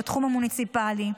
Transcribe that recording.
בתחום המוניציפלי.